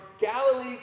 Galilee